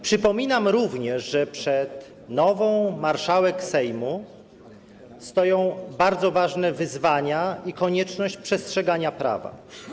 Przypominam również, że przed nową marszałek Sejmu stoją bardzo ważne wyzwania i konieczność przestrzegania prawa.